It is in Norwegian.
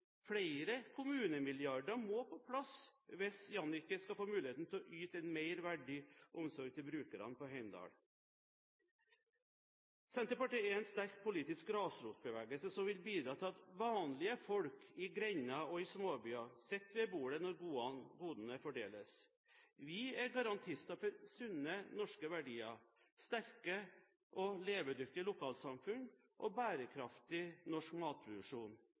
Flere kommunemilliarder må på plass hvis Jannicke skal få muligheten til å yte en mer verdig omsorg til brukerne på Heimdal. Senterpartiet er en sterk politisk grasrotbevegelse som vil bidra til at vanlige folk i grender og i småbyer sitter ved bordet når godene fordeles. Vi er garantister for sunne, norske verdier, sterke og levedyktige lokalsamfunn og bærekraftig norsk matproduksjon.